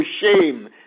shame